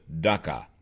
daca